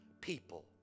people